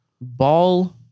Ball